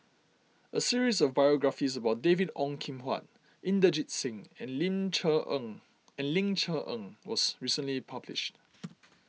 a series of biographies about David Ong Kim Huat Inderjit Singh and Ling Cher Eng and Ling Cher Eng was recently published